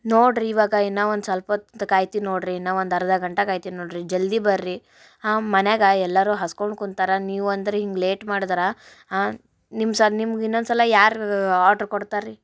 ನೋಡಿರಿ ಇವಾಗ ಇನ್ನೂ ಒಂದು ಸಲ್ಪ ಹೊತ್ ಕಾಯ್ತೀವಿ ನೋಡಿರಿ ಇನ್ನೂ ಒಂದು ಅರ್ಧ ಗಂಟೆ ಕಾಯ್ತೀವಿ ನೋಡಿರಿ ಜಲ್ದಿ ಬನ್ರಿ ಹಾಂ ಮನೆಗೆ ಎಲ್ಲರೂ ಹಸ್ಕೊಂಡು ಕೂತರ ನೀವು ಅಂದ್ರೆ ಹಿಂಗೆ ಲೇಟ್ ಮಾಡದರೆ ನಿಮ್ಮ ಸ ನಿಮ್ಗೆ ಇನ್ನೊಂದು ಸಲ ಯಾರು ಆಡ್ರ್ ಕೊಡ್ತಾರೆ ರೀ